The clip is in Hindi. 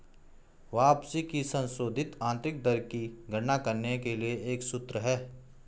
वापसी की संशोधित आंतरिक दर की गणना करने के लिए एक सूत्र है